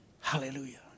Hallelujah